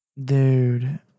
Dude